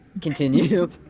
Continue